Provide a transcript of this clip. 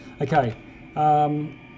Okay